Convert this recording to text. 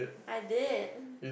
I did